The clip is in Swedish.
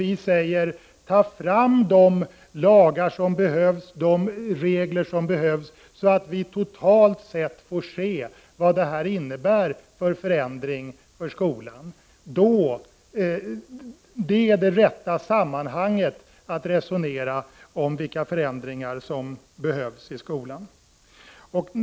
Vi säger: Utarbeta de lagar och regler som behövs så att vi får se vilka förändringar totalt sett som detta kommer att innebära för skolan! Det är det rätta sammanhanget att resonera om vilka förändringar som behövs inom skolan.